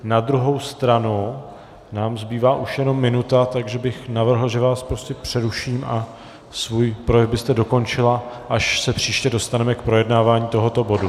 Na druhou stranu nám zbývá už jenom minuta, takže bych navrhl, že vás prostě přeruším a svůj projev byste dokončila, až se příště dostaneme k projednávání tohoto bodu.